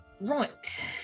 Right